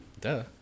Duh